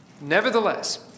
Nevertheless